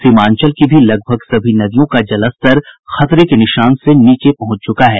सीमांचल की भी लगभग सभी नदियों का जलस्तर खतरे के निशान से नीचे पहुंच चुका है